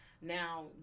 Now